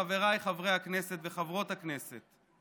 חבריי חברי הכנסת וחברות הכנסת,